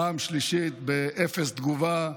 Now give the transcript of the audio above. פעם שלישית ואפס תגובה.